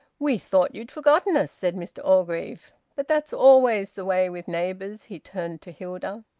we thought you'd forgotten us, said mr orgreave. but that's always the way with neighbours. he turned to hilda.